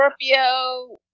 Scorpio